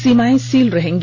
सीमाएं सील रहेंगी